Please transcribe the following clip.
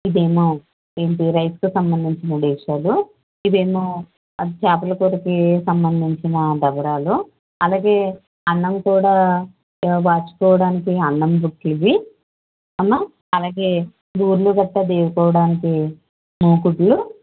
ఇదేమో ఏంటి రైస్కి సంబంధించిన డేగిసాలు ఇదేమో అది చేపలుకూరకి సంబంధించిన దబరాలు అలాగే అన్నం కూడా వార్చుకోవడానికి అన్నం బుట్టలు ఇవి అన్నం అలాగే బూరెలు గట్రా దేవుకోవడానికి మూకుడ్లు